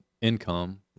income